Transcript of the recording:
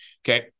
Okay